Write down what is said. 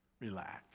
Relax